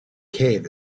cave